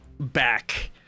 Back